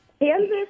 Kansas